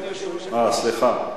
סליחה,